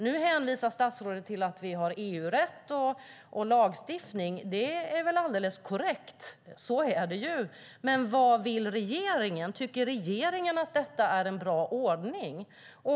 Nu hänvisar statsrådet till att vi har EU-rätt och lagstiftning. Det är alldeles korrekt. Så är det. Men vad vill regeringen? Tycker regeringen att detta är en bra ordning?